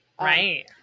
right